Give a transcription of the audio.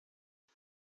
jag